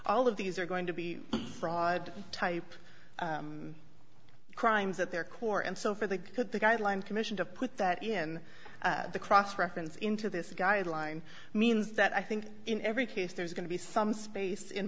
all of these are going to be fraud type crimes at their core and so for the good the guideline commission to put that in the cross reference into this guideline means that i think in every case there's going to be some space in